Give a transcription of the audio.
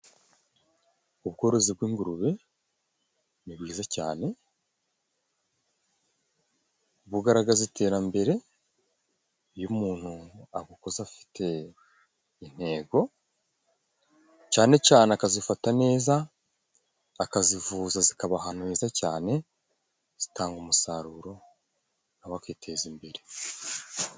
Ubworozi bw'ingurube ni bwiza cyane, bugaragaza iterambere iyo umuntu abukoze afite intego cane cane, akazifata neza, akazivuza, zikaba ahantu heza cyane, zitanga umusaruro, nawe akiteza imbere.